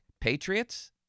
Patriots